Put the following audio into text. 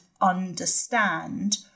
understand